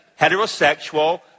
heterosexual